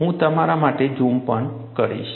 હું તારા માટે ઝૂમ પણ કરીશ